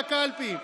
בקלפי.